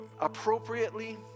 appropriately